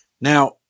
Now